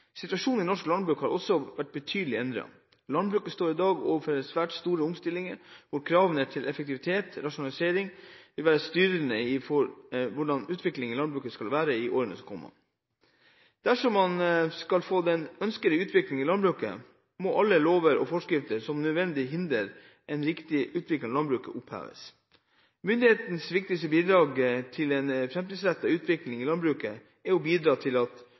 Situasjonen i norsk landbruk er også betydelig endret. Landbruket står i dag overfor svært store omstillinger, og kravene til effektivitet og rasjonalisering vil være styrende for hvordan utviklingen i landbruket skal være i årene som kommer. Dersom man skal få den ønskede utvikling i landbruket, må alle lover og forskrifter som hindrer en riktig utvikling av landbruket, oppheves. Myndighetenes viktigste bidrag til en framtidsrettet utvikling i landbruket er å bidra til